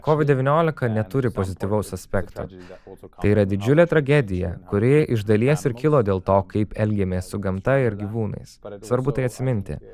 kovid devyniolika neturi pozityvaus aspekto tai yra didžiulė tragedija kuri iš dalies ir kilo dėl to kaip elgiamės su gamta ir gyvūnais svarbu tai atsiminti